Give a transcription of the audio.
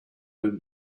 own